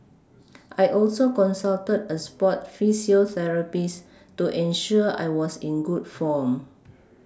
I also consulted a sport physiotherapist to ensure I was in good form